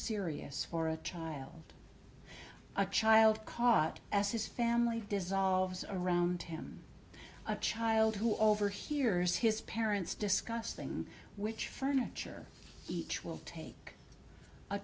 serious for a child a child caught as his family dissolves around him a child who overhears his parents discuss thing which furniture each will take a